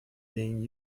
being